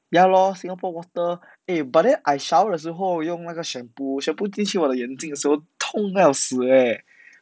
ya lor singapore water eh but then I shower 的时候用那个 shampoo shampoo 进去我的眼睛的时候痛到要死 eh